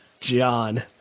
John